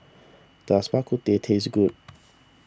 does Bak Kut Teh taste good